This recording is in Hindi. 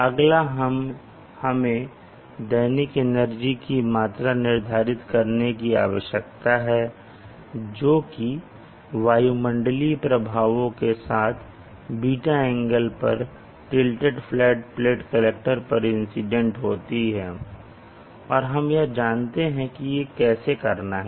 अगला हमें दैनिक एनर्जी की मात्रा निर्धारित करने की आवश्यकता है जो कि वायुमंडलीय प्रभावों के साथ β एंगल पर टिलटेड फ्लैट प्लेट पर इंसीडेंट होती है और यह हम जानते हैं कि कैसे करना है